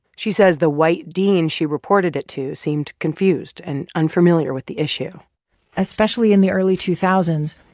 she says the white dean she reported it to seemed confused and unfamiliar with the issue especially in the early two thousand